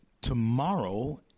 tomorrow